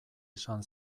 esan